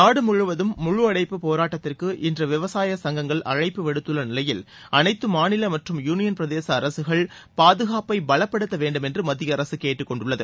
நாடு முழுவதும் முழு அடைப்பு போராட்டத்திற்கு இன்று விவசாய சங்கங்கள் அழைப்பு விடுத்துள்ள நிலையில் அனைத்து மாநில மற்றும் யூளியன் பிரதேச அரசுகள் பாதுகாப்பை பலப்படுத்த வேண்டும் என்று மத்திய அரசு கேட்டுக் கொண்டுள்ளது